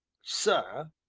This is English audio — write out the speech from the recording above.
sir,